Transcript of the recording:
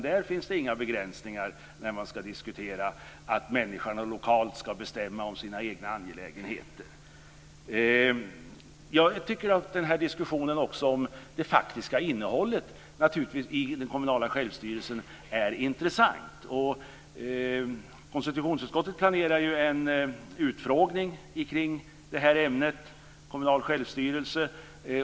Där finns inga begränsningar när man diskuterar att människorna lokalt ska bestämma om sina egna angelägenheter. Diskussionen om det faktiska innehållet i den kommunala självstyrelsen är intressant. Konstitutionsutskottet planerar en utfrågning i ämnet kommunal självstyrelse.